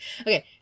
Okay